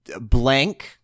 Blank